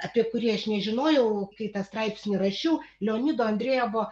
apie kurį aš nežinojau kai tą straipsnį rašiau leonido andrejevo